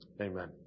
Amen